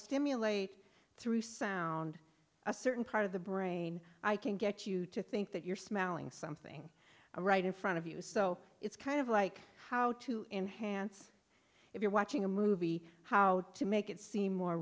stimulate through sound a certain part of the brain i can get you to think that you're smelling something right in front of you so it's kind of like how to enhance if you're watching a movie how to make it seem more